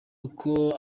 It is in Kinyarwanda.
uko